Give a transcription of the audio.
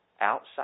outside